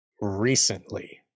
recently